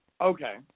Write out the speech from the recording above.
Okay